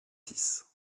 six